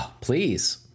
please